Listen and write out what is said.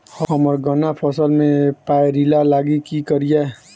हम्मर गन्ना फसल मे पायरिल्ला लागि की करियै?